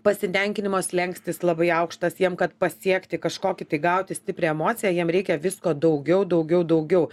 pasitenkinimo slenkstis labai aukštas jiem kad pasiekti kažkokį tai gauti stiprią emociją jiem reikia visko daugiau daugiau daugiau